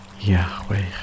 Yahweh